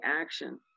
action